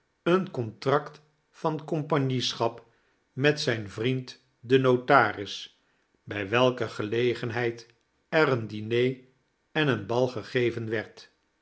een contract van compagnieschap met zijn vriend den notaris bij welke gelegenheid er een diner en een bal gegeven werd